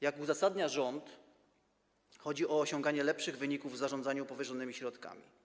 Jak uzasadnia rząd, chodzi o osiąganie lepszych wyników w zarządzaniu powierzonymi środkami.